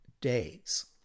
days